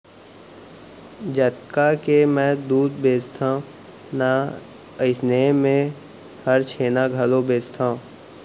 जतका के मैं दूद बेचथव ना अइसनहे मैं हर छेना घलौ बेचथॅव